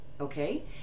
Okay